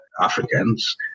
Africans